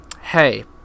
hey